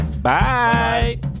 Bye